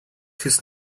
his